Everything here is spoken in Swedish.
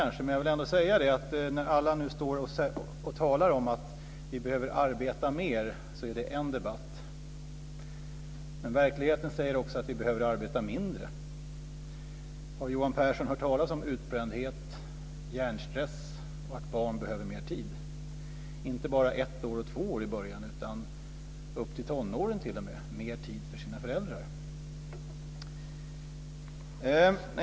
När nu alla står och talar om att vi behöver arbeta mer, vill jag ändå säga att det är en debatt. Men verkligheten säger också att vi behöver arbeta mindre. Har Johan Pehrson hört talas om utbrändhet, hjärnstress och om att barn behöver mer tid? Det handlar inte bara om ett eller två år i början, utan t.o.m. tonåringar behöver mer tid med sina föräldrar.